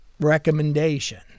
recommendation